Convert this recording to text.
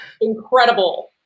incredible